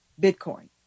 Bitcoin